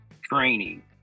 training